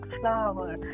flower